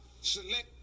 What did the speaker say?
select